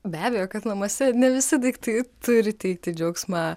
be abejo kad namuose ne visi daiktai turi teikti džiaugsmą